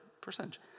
percentage